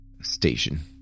station